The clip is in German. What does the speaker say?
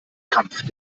kampf